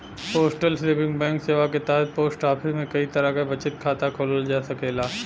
postal saving bank सेवा क तहत पोस्ट ऑफिस में कई तरह क बचत खाता खोलल जा सकेला